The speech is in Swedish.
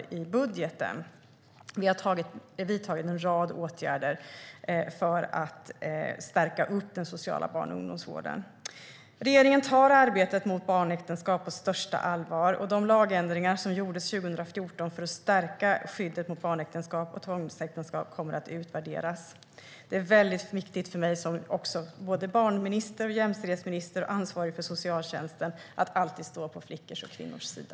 Vi har alltså vidtagit en rad åtgärder för att stärka den sociala barn och ungdomsvården. Regeringen tar arbetet mot barnäktenskap på största allvar. De lagändringar som gjordes 2014 för att stärka skyddet mot barnäktenskap och tvångsäktenskap kommer att utvärderas. Det är väldigt viktigt för mig som barnminister, jämställdhetsminister och ansvarig för socialtjänsten att alltid stå på flickors och kvinnors sida.